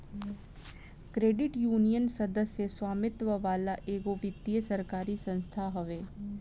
credit union, सदस्य स्वामित्व वाला एगो वित्तीय सरकारी संस्था हवे